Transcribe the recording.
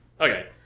Okay